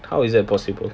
how is that possible